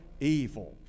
evil